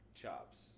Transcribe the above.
chops